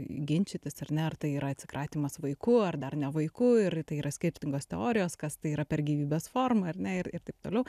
ginčytis ar ne ar tai yra atsikratymas vaiku ar dar ne vaiku ir tai yra skirtingos teorijos kas tai yra per gyvybės forma ar ne ir taip toliau